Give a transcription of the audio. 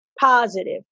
positive